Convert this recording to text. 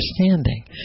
understanding